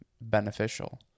beneficial